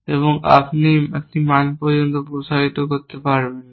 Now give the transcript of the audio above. এবং আপনি একটি মান পর্যন্ত প্রসারিত করতে পারবেন না